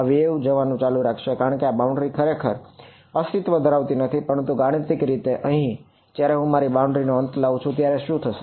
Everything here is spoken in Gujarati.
તે જવાનું ચાલુ રાખશે આ વેવ નો અંત લાવું છું ત્યારે શું થશે